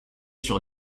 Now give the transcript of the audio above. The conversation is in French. sur